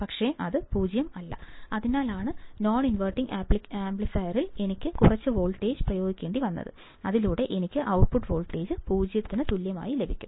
പക്ഷേ അത് 0 അല്ല അതിനാലാണ് നോൺ ഇൻവെർട്ടിംഗ് ആംപ്ലിഫയറിൽ എനിക്ക് കുറച്ച് വോൾട്ടേജ് പ്രയോഗിക്കേണ്ടി വന്നത് അതിലൂടെ എനിക്ക് ഔട്ട്പുട്ട് വോൾട്ടേജ് 0 ന് തുല്യമായി ലഭിക്കും